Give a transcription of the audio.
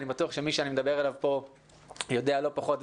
אני בטוח שמי שאני מדבר אליו פה יודע לא פחות,